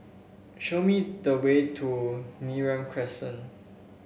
show me the way to Neram Crescent